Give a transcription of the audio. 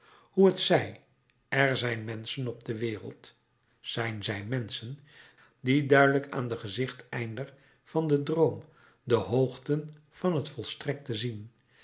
hoe het zij er zijn menschen op de wereld zijn zij menschen die duidelijk aan den gezichteinder van den droom de hoogten van het volstrekte zien